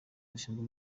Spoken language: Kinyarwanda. zishinzwe